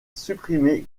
supprimer